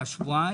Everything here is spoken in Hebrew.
בשבוע.